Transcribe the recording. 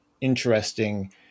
interesting